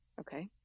Okay